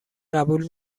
قبول